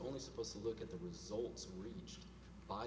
only supposed to look at the results by